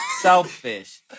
Selfish